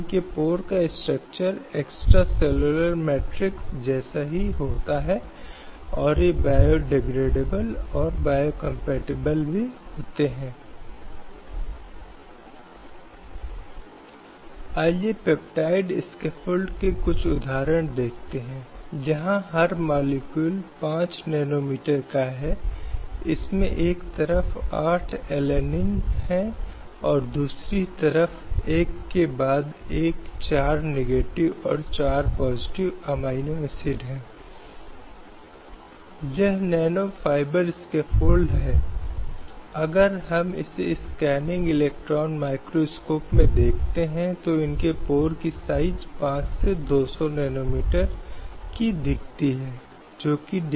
इस संदर्भ में एक ऐसा मामला आया है जिसे वलसम्मा पॉल बनाम कोचीन विश्वविद्यालय 1996 के रूप में संदर्भित किया गया है जहां सर्वोच्च न्यायालय ने कहा कि मानवाधिकार इस संदर्भ में गरिमा से प्राप्त है हमारे पास वलसम्मा पॉल बनाम कोचीन विश्वविद्यालय 1996 का मामला है जहां सर्वोच्च न्यायालय ने कहा कि मानवाधिकारों की गरिमा और मानव में निहित मूल्य से व्युत्पन्न हैं बालिकाओं के मानव अधिकार सार्वभौमिक मानव अधिकारों के अभिन्न अभिन्न और अविभाज्य अंग हैं